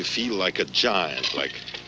you feel like a giant like